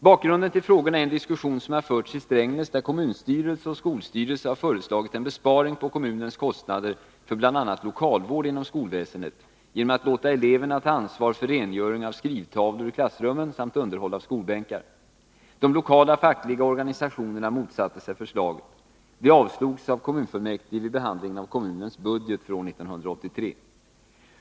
Bakgrunden till frågorna är en diskussion som har förts i Strängnäs där kommunstyrelsen och skolstyrelsen har förelagit en besparing på kommunens kostnader för bl.a. lokalvård inom skolväsendet genom att låta eleverna ta ansvar för rengöring av skrivtavlor i klassrummen samt underhåll av skolbänkar. De lokala fackliga organisationerna motsatte sig förslaget. Det avslogs av kommunfullmäktige vid behandlingen av kommunens budget för år 1983.